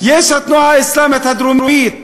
יש התנועה האסלאמית הדרומית,